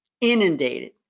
inundated